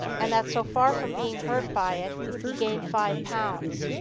and that so far from being hurt by it he gained five pounds.